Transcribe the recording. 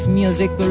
music